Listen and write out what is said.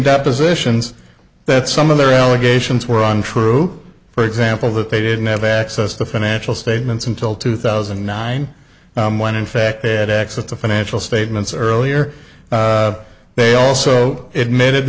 depositions that some of their allegations were untrue for example that they didn't have access to financial statements until two thousand and nine when in fact they had access to financial statements earlier they also admitted